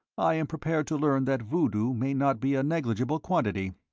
i am prepared to learn that voodoo may not be a negligible quantity.